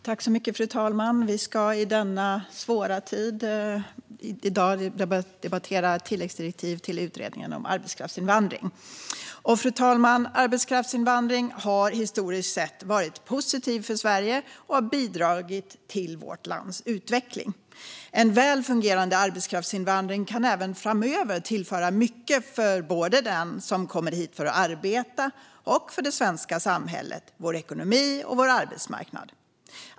Fru talman! Vi ska i dag i denna svåra tid debattera tilläggsdirektiv till utredningen om arbetskraftsinvandring. Fru talman! Arbetskraftsinvandring har historiskt varit positivt för Sverige och bidragit till vårt lands utveckling. En väl fungerande arbetskraftsinvandring kan även framöver tillföra mycket både för den som kommer hit för att arbeta och för det svenska samhället, vår ekonomi och vår arbetsmarknad.